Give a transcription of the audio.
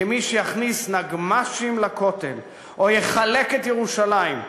כמי שיכניס נגמ"שים לכותל או יחלק את ירושלים.